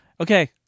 Okay